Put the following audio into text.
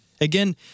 again